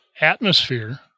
atmosphere